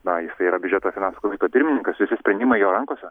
na jisai yra biudžeto finansų komiteto pirmininkas visi sprendimai jo rankose